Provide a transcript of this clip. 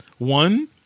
one